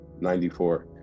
94